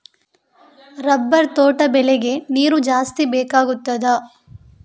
Rubber ತೋಟ ಬೆಳೆಗೆ ನೀರು ಜಾಸ್ತಿ ಬೇಕಾಗುತ್ತದಾ?